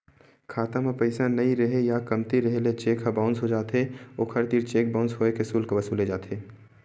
खाता म पइसा नइ रेहे या कमती रेहे ले चेक ह बाउंस हो जाथे, ओखर तीर चेक बाउंस होए के सुल्क वसूले जाथे